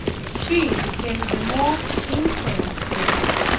she became the more insolent for it